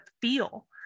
feel